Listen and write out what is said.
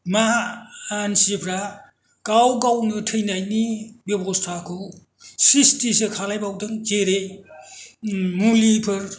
मा मानसिफोरा गाव गावनि थैनायनि बेब'स्थाखौ स्रिस्तिसो खालामबावदों जेरै मुलिफोर